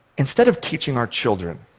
instead of teaching our children